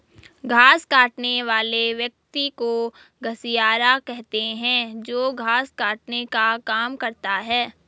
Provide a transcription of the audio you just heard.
घास काटने वाले व्यक्ति को घसियारा कहते हैं जो घास काटने का काम करता है